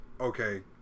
okay